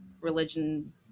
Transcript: religion